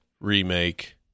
remake